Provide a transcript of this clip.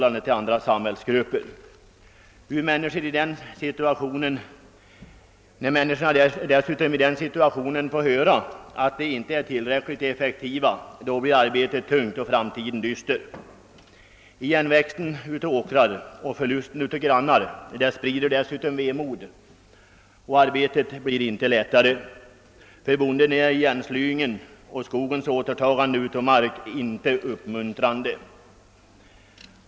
När människor i den situationen dessutom får höra att de inte är tillräckligt effektiva, blir arbetet tungt och framtiden dyster. Igenväxningen av åkrar och förlusten av grannar sprider också vemod, och arbetet blir inte lättare. För bonden är igenslyingen och skogens återtagande av mark inte uppmuntrande.